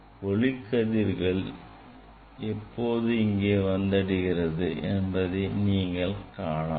ஒளிக்கதிர்கள் எப்போது இங்கே வந்தடைகிறது என்பதை நீங்கள் காணலாம்